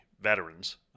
veterans